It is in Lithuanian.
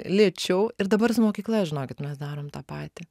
lėčiau ir dabar su mokykla žinokit mes darom tą patį